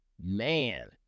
Man